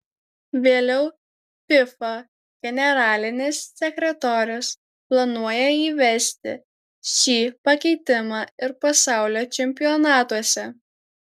vėliau fifa generalinis sekretorius planuoja įvesti šį pakeitimą ir pasaulio čempionatuose